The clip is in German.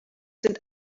sind